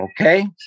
okay